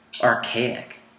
archaic